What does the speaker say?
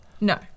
no